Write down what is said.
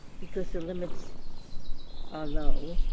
because the limits are low,